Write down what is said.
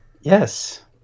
Yes